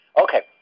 Okay